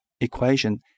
equation